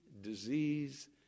disease